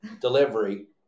delivery